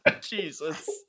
Jesus